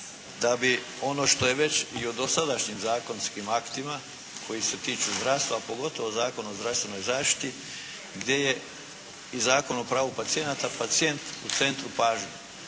da bi ono što je već i o dosadašnjim zakonskim aktima koji se tiču zdravstva pogotovo Zakon o zdravstvenoj zaštiti gdje je i Zakon o pravu pacijenata, pacijent u centru pažnje.